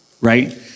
Right